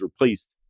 replaced